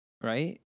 right